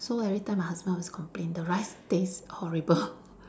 so every time her husband always complain the rice taste horrible